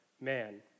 man